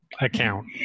account